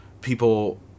people